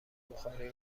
بخاری